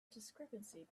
discrepancy